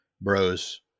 bros